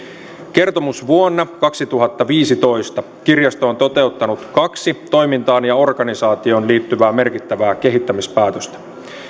kertomusvuonna kaksituhattaviisitoista kirjasto on toteuttanut kaksi toimintaan ja organisaatioon liittyvää merkittävää kehittämispäätöstä